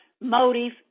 motive